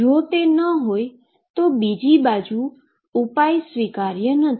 જો તે ન હોય તો બીજી બાજુ ઉપાય સ્વીકાર્ય નથી